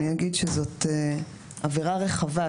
זו עבירה רחבה,